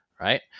right